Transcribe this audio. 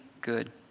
good